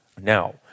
now